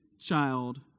child